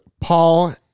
Paul